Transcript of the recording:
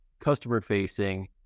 customer-facing